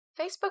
Facebook